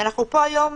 ואנחנו דנים פה היום